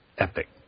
epic